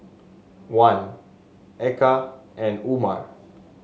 Wan Eka and Umar